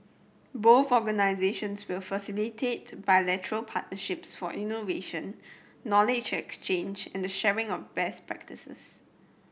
both organisations will facilitate bilateral partnerships for innovation knowledge exchange and sharing of best practices